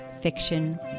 fiction